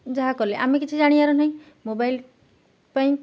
ଯାହା କଲେ ଆମେ କିଛି ଜାଣିବାର ନାହିଁ ମୋବାଇଲ୍ ପାଇଁ